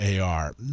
AR